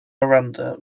miranda